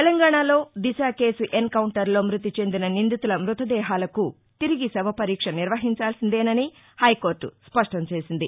తెలంగాణలో దిశ కేసు ఎన్కౌంటర్లో మృతి చెందిన నిందితుల మృతదేహాలకు తిరిగి శవ పరీక్ష నిర్వహించాల్సిందేనని హైకోర్ట స్పష్టం చేసింది